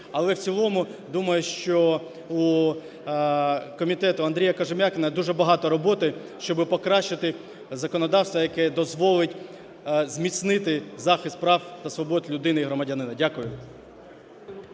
Але в цілому, думаю, що у комітету Андрія Кожем'якіна дуже багато роботи, щоб покращити законодавство, яке дозволить зміцнити захист прав та свобод людини і громадянина. Дякую.